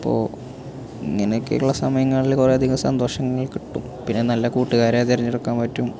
അപ്പോൾ ഇങ്ങനെയൊക്കെയുള്ള സമയങ്ങളിൽ കുറെ അധികം സന്തോഷങ്ങൾ കിട്ടും പിന്നെ നല്ല കൂട്ടുകാരെ തിരഞ്ഞെടുക്കാൻ പറ്റും